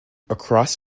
across